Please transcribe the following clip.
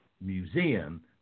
Museum